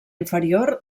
inferior